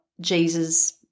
Jesus